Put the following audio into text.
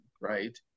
right